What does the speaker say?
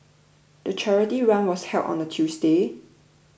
the charity run was held on a Tuesday